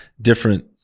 different